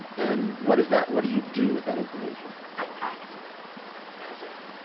and what does that, what do you do with that information? i act as if.